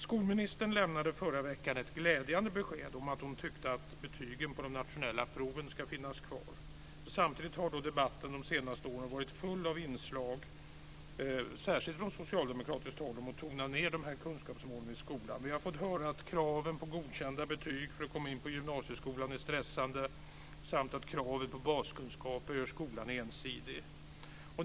Skolministern lämnade förra veckan ett glädjande besked om att hon tyckte att betygen på de nationella proven ska finnas kvar. Samtidigt har debatten de senaste åren varit full av inslag, särskilt från socialdemokratiskt håll, om att tona ned kunskapsmålen i skolan. Vi har fått höra att kravet på godkända betyg för att komma in i gymnasieskolan är stressande samt att kravet på baskunskaper gör skolan ensidig.